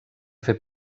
fer